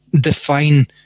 define